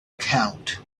count